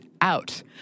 Out